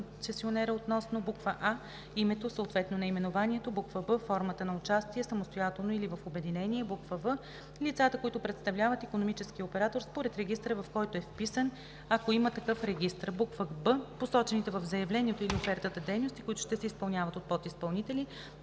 а) името, съответно наименованието; б) формата на участие – самостоятелно или в обединение; в) лицата, които представляват икономическия оператор според регистъра, в който е вписан, ако има такъв регистър; г) посочените в заявлението или офертата дейности, които ще се изпълняват от подизпълнители;